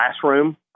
classroom